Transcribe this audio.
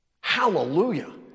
Hallelujah